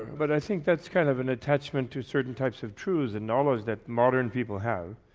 but i think that's kind of an attachment to certain types of truths and knowledge that modern people have.